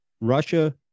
russia